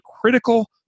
critical